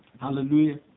Hallelujah